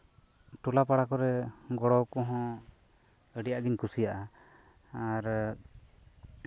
ᱴᱚᱞᱟ ᱯᱟᱲᱟ ᱠᱚᱨᱮ ᱜᱚᱲᱚ ᱠᱚᱦᱚᱸ ᱟᱹᱰᱤ ᱟᱸᱴ ᱜᱤᱧ ᱠᱩᱥᱤᱭᱟᱜᱼᱟ ᱟᱨ